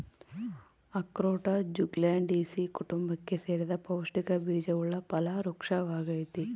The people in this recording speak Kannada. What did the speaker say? ಅಖ್ರೋಟ ಜ್ಯುಗ್ಲಂಡೇಸೀ ಕುಟುಂಬಕ್ಕೆ ಸೇರಿದ ಪೌಷ್ಟಿಕ ಬೀಜವುಳ್ಳ ಫಲ ವೃಕ್ಪವಾಗೈತಿ